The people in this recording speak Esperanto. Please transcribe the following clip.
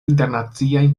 internaciajn